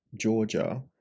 Georgia